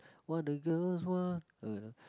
what a girl wants